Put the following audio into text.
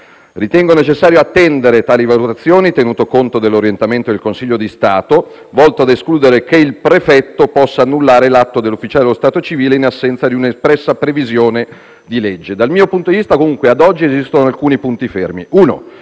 Ritengo necessario attendere tali valutazioni, tenuto conto dell'orientamento del Consiglio di Stato, volto ad escludere che il prefetto possa annullare l'atto dell'ufficiale dello stato civile in assenza di un'espressa previsione di legge. Dal mio punto di vista, comunque, ad oggi esistono alcuni punti fermi. Il